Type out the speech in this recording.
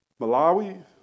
Malawi